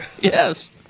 Yes